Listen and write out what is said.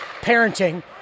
parenting